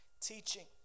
teaching